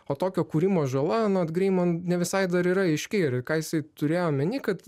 o tokio kūrimo žala anot greimo ne visai dar yra aiški ir ką jisai turėjo omeny kad